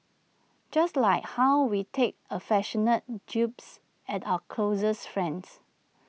just like how we take affectionate jibes at our closest friends